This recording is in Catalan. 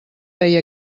feia